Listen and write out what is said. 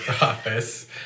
office